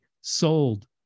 sold